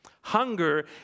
Hunger